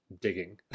Digging